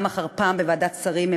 פעם אחר פעם, בוועדת שרים.